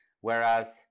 Whereas